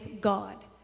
God